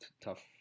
tough